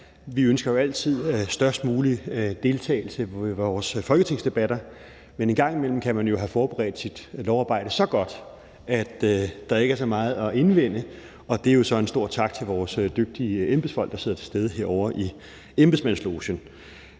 vi ønsker jo altid størst mulig deltagelse ved vores folketingsdebatter, men en gang imellem kan man jo have forberedt sit lovarbejde så godt, at der ikke er så meget at indvende, og det er jo så en stor tak til vores dygtige embedsfolk, der sidder herovre i embedsmandslogen.